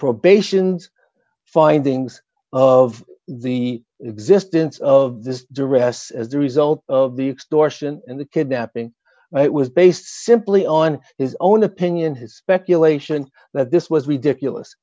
probations findings of the existence of this duress as a result of the explosion and the kidnapping it was based simply on his own opinion his speculations that this was ridiculous